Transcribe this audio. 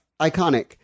iconic